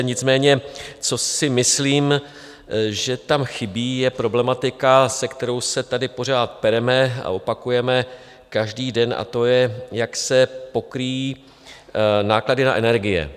Nicméně co si myslím, že tam chybí, je problematika, se kterou se tady pořád pereme a opakujeme každý den, a to je, jak se pokryjí náklady na energie.